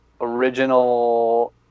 original